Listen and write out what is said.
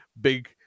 big